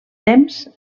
temps